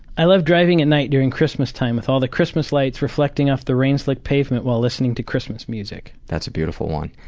i love driving at night during christmas time with all the christmas lights reflecting off the rain-slicked pavement while listening to christmas music. that's a beautiful one.